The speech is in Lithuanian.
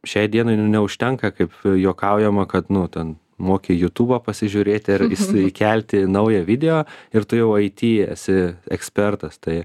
šiai dienai neužtenka kaip juokaujama kad nu ten moki į jutubą pasižiūrėti ar įsikelti naują video ir tu jau aity esi ekspertas tai